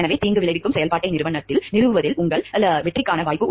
எனவே தீங்கு விளைவிக்கும் செயல்பாட்டை நிறுத்துவதில் உங்கள் வெற்றிக்கான வாய்ப்பு